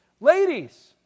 Ladies